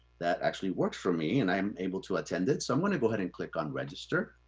that actually works for me and i'm able to attend it. so i'm gonna go ahead and click on register.